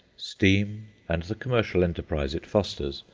steam, and the commercial enterprise it fosters,